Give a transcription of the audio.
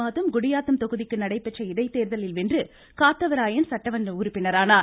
மாதம் குடியாத்தம் தொகுதிக்கு கடந்த ஆண்டு மே நடைபெற்ற இடைத்தேர்தலில் வென்று காத்தவராயன் சட்டமன்ற உறுப்பினரானார்